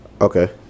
Okay